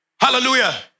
Hallelujah